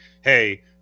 hey